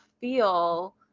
feel